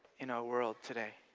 in our world today,